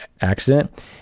accident